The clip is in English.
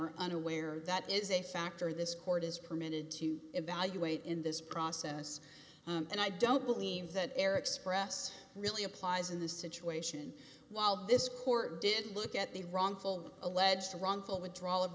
are unaware that is a factor this court is permitted to evaluate in this process and i don't believe that erick's press really applies in this situation while this court did look at the wrongful alleged wrongful withdrawal of